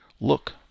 Look